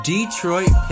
Detroit